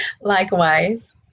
Likewise